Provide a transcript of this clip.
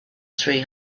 three